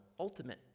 ultimate